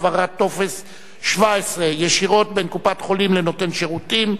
העברת טופס 17 ישירות בין קופת-חולים לנותן השירותים)?